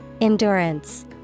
Endurance